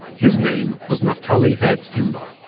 his name was naftali herz imber